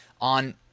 on